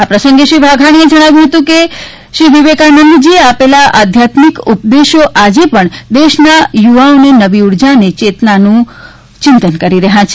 આ પ્રસંગે શ્રી વાઘાણીએ જણાવ્યું કે શ્રી વિવિકાનંદજી આવેલા આધ્યાત્મિક ઉપદેશો આજે પણ દેશના યુવાઓમાં નવી ઉર્જા અને ચેતાનાનું સિચન કરી રહ્યા છે